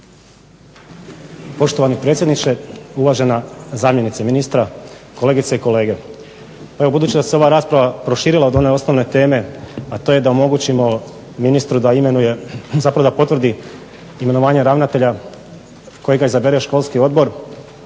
Poštovani predsjedniče, uvažena zamjenice ministra, kolegice i kolege. Evo, budući da se ova rasprava proširila od one osnovne teme, a to je da omogućimo ministru da imenuje, zapravo da potvrdi imenovanja ravnatelja kojega izabere školski odbor